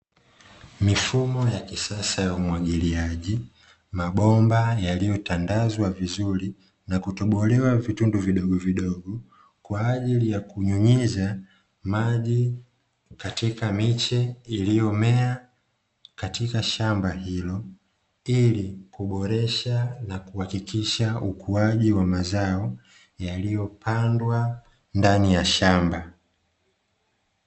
Mifumo ya kisasa ya umwagiliaji, mabomba yaliyotandazwa vizuri na kutobolewa vitundu vidogovidogo kwa ajili ya kunyunyiza maji katika miche iliyomea katika shamba hilo, ili kuboresha na kuhakikisha ukuaji wa mazao yaliyopandwa ndani ya shamba.